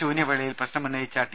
ശൂന്യവേളയിൽ പ്രശ്നമുന്നയിച്ച ടി